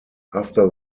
after